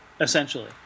Essentially